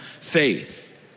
faith